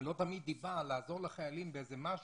לעזור לחיילים במשהו.